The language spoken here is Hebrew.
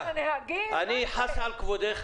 אני חס על כבודך.